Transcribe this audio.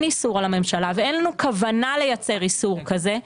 איסור על הממשלה ואין לנו כוונה לייצר איסור כזה,